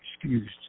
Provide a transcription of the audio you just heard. excused